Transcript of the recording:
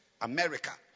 America